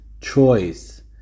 choice